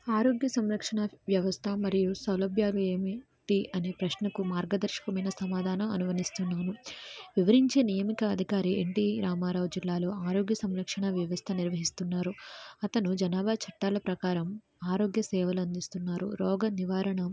ఆరోగ్య సంరక్షణా వ్యవస్థ మరియు సౌలభ్యాలు ఏమిటి అనే ప్రశ్నకు మార్గదర్శకమైన సమాధానం అనువదిస్తున్నాను వివరించే నియమిక అధికారి ఎన్టి రామారావు జిల్లాలో ఆరోగ్య సంరక్షణ వ్యవస్థ నిర్వహిస్తున్నారు అతను జనాభా చట్టాల ప్రకారం ఆరోగ్య సేవలు అందిస్తున్నారు రోగ నివారణ